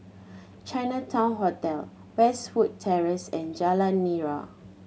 Chinatown Hotel Westwood Terrace and Jalan Nira